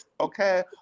okay